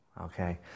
Okay